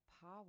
power